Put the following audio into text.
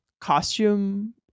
costume